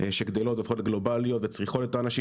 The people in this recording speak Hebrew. שגדלות והופכות לגלובליות וצריכות את האנשים